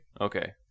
Okay